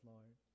Lord